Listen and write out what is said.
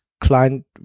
client